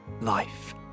Life